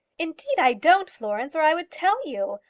indeed i don't, florence, or i would tell you.